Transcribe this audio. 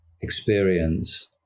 experience